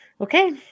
okay